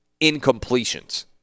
incompletions